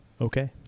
okay